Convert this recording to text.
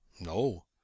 No